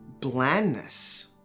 blandness